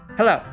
Hello